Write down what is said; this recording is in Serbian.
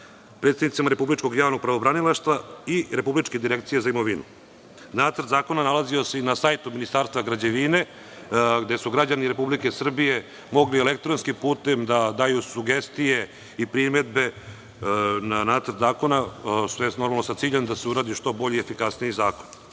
predstavnicima Republičkog javnog pravobranilaštva i Republičke direkcije za imovinu. Nacrt zakona nalazio se i na sajtu Ministarstva građevine, gde su građani Republike Srbije mogli elektronskim putem da daju sugestije i primedbe na Nacrt zakona, tj. normalno sa ciljem da se uradi što bolji i efikasniji